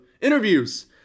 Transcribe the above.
Interviews